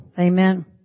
Amen